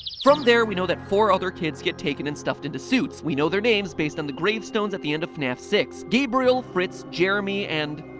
from there we know that four other kids get taken and stuffed into suits. we know their names based on the gravestones at the end of fnaf six gabriel, fritz, jeremy, and.